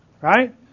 right